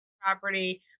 property